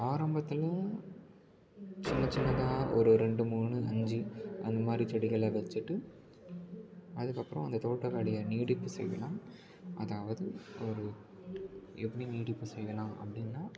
ஆரம்பத்தில் சின்ன சின்னதாக ஒரு ரெண்டு மூணு அஞ்சு அந்த மாதிரி செடிகளை வெச்சுட்டு அதுக்கப்புறம் அந்த தோட்ட வேலையை நீடிப்பு செய்யலாம் அதாவது ஒரு எப்படி நீடிப்பு செய்யலாம் அப்படின்னா